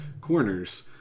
corners